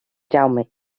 jaume